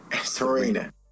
Serena